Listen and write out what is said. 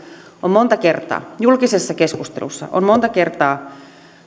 on monta kertaa ja julkisessa keskustelussa on monta kertaa